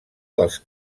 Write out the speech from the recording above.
dels